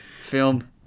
Film